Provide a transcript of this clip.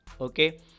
okay